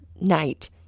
night